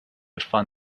fund